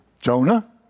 Jonah